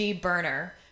burner